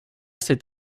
c’est